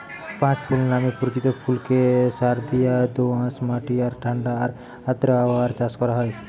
পাঁচু ফুল নামে পরিচিত ফুলকে সারদিয়া দোআঁশ মাটি আর ঠাণ্ডা আর আর্দ্র আবহাওয়ায় চাষ করা হয়